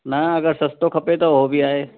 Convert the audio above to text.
न अगरि सस्तो खपे त उहो बि आहे